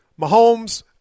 Mahomes